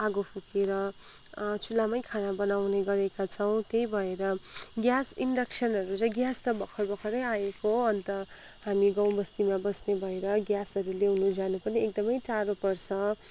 आगो फुकेर चुलामै खाना बनाउने गरेका छौँ त्यही भएर ग्यास इन्डक्सनहरू चाहिँ ग्यास त भर्खर भर्खरै आएको हो अन्त हामी गाउँ बस्तीमा बस्ने भएर ग्यासहरू ल्याउनु जानु पनि एकदमै टाढो पर्छ